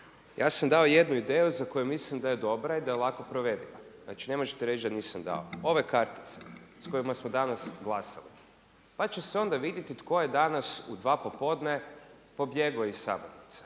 Ja sam dao jednu ideju za koju mislim da je dobra i da je lako provediva, znači ne možete reći da nisam dao, ove kartice s kojima smo danas glasali. Pa će se onda vidjeti tko je danas u dva popodne pobjegao iz sabornice,